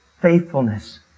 faithfulness